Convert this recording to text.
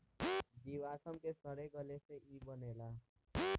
जीवाश्म के सड़े गले से ई बनेला